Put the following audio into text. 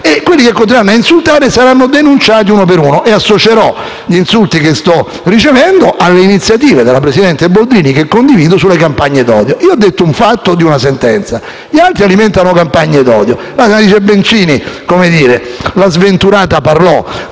e quelli che continueranno a insultare saranno denunciati uno per uno. Assocerò gli insulti che sto ricevendo alle iniziative della presidente Boldrini, che condivido, sulle campagne d'odio. Io ho detto un fatto di una sentenza, mentre gli altri alimentano campagne d'odio. La senatrice Bencini - come dire - la sventurata parlò,